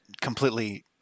completely